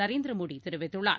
நரேந்திர மோடி தெரிவித்துள்ளார்